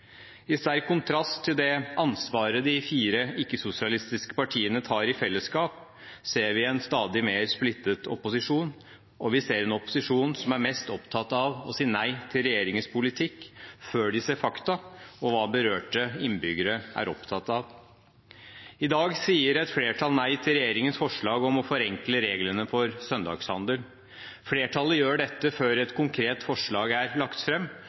I sterk kontrast til det ansvaret de fire ikke-sosialistiske partiene tar i fellesskap, ser vi en stadig mer splittet opposisjon, og vi ser en opposisjon som er mest opptatt av å si nei til regjeringens politikk før de ser fakta og hva berørte innbyggere er opptatt av. I dag sier et flertall nei til regjeringens forslag om å forenkle reglene for søndagshandel. Flertallet gjør dette før et konkret forslag er lagt